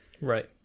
right